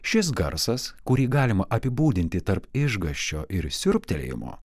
šis garsas kurį galima apibūdinti tarp išgąsčio ir siurbtelėjimo